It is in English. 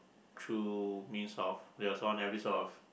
through means of there's one episode of